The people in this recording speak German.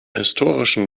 historischen